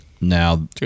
Now